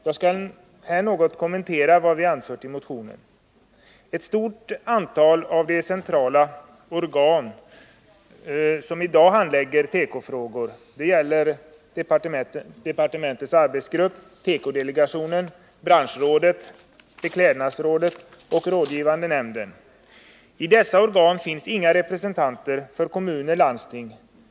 Jag skall något kommentera vad vi anfört i motionen. Ett stort antal centrala organ handlägger i dag tekofrågor. Det gäller departementets arbetsgrupp, tekodelegationen, tekobranschrådet. beklädnadsrådet och rådgivande nämnden. I dessa organ finns inga representanter för kommuner och landsting.